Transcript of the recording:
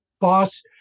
boss